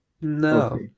No